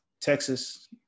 Texas